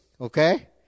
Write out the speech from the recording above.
Okay